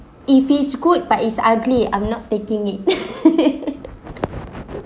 it is good but it's ugly I'm not taking it